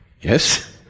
Yes